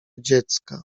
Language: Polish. dziecka